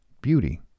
beauty